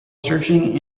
searching